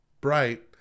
bright